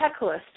checklist